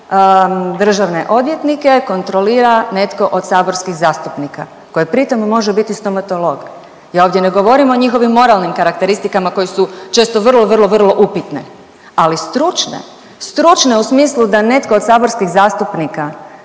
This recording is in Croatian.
državne odvjetnike kontrolira netko od saborskih zastupnika koji pri tom može biti stomatolog. Ja ovdje ne govorim o njihovim moralnim karakteristikama koje su često vrlo, vrlo, vrlo upitne, ali stručne, stručne u smislu da netko od saborskih zastupnika